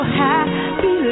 happy